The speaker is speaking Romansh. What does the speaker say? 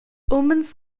umens